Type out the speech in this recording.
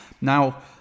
Now